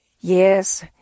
Yes